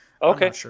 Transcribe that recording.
okay